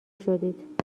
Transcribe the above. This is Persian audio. شدید